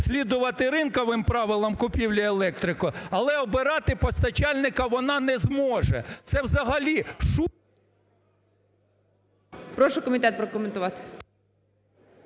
слідувати ринковим правилам купівлі електрики, але обирати постачальника вона не зможе. Це взагалі шу… ГОЛОВУЮЧИЙ. Прошу комітет прокоментувати.